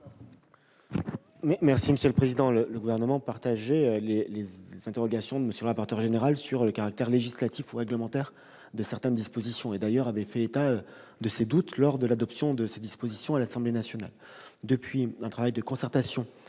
l'avis du Gouvernement ? Le Gouvernement partageait les interrogations de M. le rapporteur général sur le caractère législatif ou réglementaire de certaines dispositions. D'ailleurs, il avait fait état de ses doutes lors de l'adoption de l'article à l'Assemblée nationale. Depuis, un travail de concertation